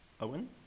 Owen